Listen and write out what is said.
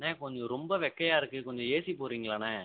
அண்ணே கொஞ்சம் ரொம்ப வெட்கையாக இருக்கு கொஞ்சம் ஏசி போட்றிங்களாண்ணே